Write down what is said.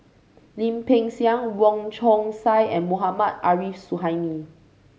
Lim Peng Siang Wong Chong Sai and Mohammad Arif Suhaimi